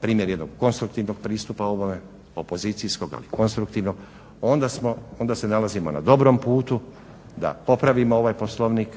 primjer jednog konstruktivnog pristupa ovome, opozicijskog ali konstruktivnoga onda se nalazimo na dobrom putu da popravimo ovaj Poslovnik,